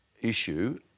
issue